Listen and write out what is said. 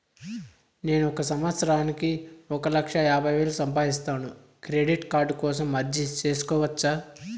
నేను ఒక సంవత్సరానికి ఒక లక్ష యాభై వేలు సంపాదిస్తాను, క్రెడిట్ కార్డు కోసం అర్జీ సేసుకోవచ్చా?